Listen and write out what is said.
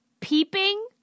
Peeping